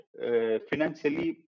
financially